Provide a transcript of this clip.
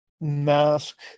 mask